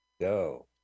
go